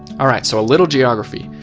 alright, so a little geography.